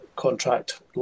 contract